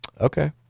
Okay